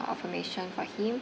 uh affirmation for him